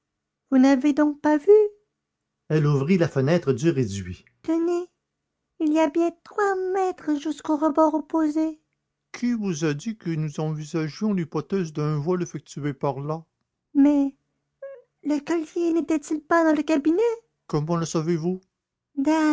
vous n'avez donc pas vu elle ouvrit la fenêtre du réduit tenez il y a bien trois mètres jusqu'au rebord opposé qui vous a dit que nous envisagions l'hypothèse d'un vol effectué par là mais le collier n'était-il pas dans le cabinet comment le savez-vous